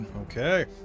Okay